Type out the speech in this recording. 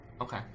Okay